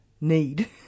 need